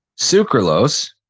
Sucralose